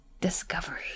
discovery